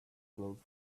glowed